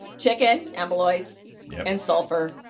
chicken, amyloids yeah and sulfur.